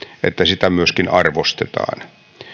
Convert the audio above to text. että sitä myöskin arvostetaan